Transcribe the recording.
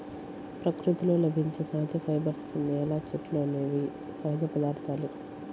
ప్రకృతిలో లభించే సహజ ఫైబర్స్, నేల, చెట్లు అనేవి సహజ పదార్థాలు